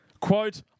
Quote